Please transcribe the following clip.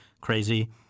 crazy